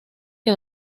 que